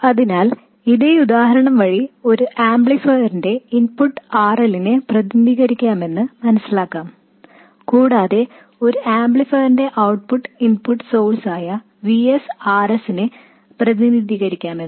അതിനാൽ ഇതേ ഉദാഹരണം വഴി ഒരു ആംപ്ലിഫയറിന്റെ ഇൻപുട്ട് RL നെ പ്രതിനിധീകരിക്കാമെന്ന് മനസിലാക്കാം കൂടാതെ ഒരു ആംപ്ലിഫയറിന്റെ ഔട്ട്പുട്ട് ഇൻപുട്ട് സോഴ്സ് ആയ VSRSനെ പ്രതിനിധീകരിക്കാമെന്നും